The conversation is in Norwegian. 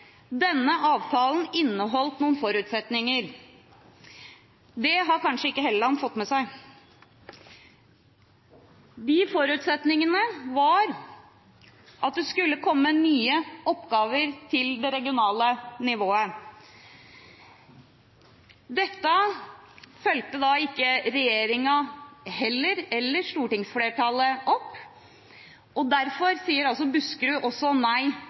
denne avtalen inneholdt noen forutsetninger. Det har kanskje ikke Helleland fått med seg. De forutsetningene var at det skulle komme nye oppgaver til det regionale nivået. Dette fulgte heller ikke regjeringen eller stortingsflertallet opp, og derfor sier Buskerud også nei